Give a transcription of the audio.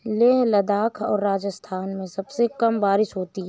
लेह लद्दाख और राजस्थान में सबसे कम बारिश होती है